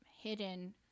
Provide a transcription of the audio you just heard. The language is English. hidden